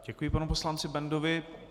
Děkuji panu poslanci Bendovi.